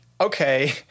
okay